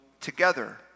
together